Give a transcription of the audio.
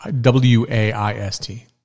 W-A-I-S-T